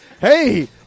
hey